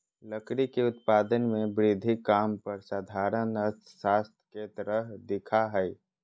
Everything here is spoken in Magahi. लकड़ी के उत्पादन में वृद्धि काम पर साधारण अर्थशास्त्र के तरह दिखा हइ